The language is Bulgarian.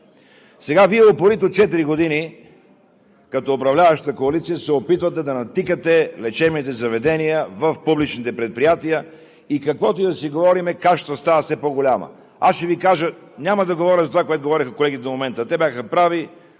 Сега Вие упорито четири години като управляваща коалиция се опитвате да натикате лечебните заведения в публичните предприятия. Каквото ѝ да си говорим – кашата става все по-голяма. Няма да говоря за това, което говориха колегите до момента. Те бяха прави.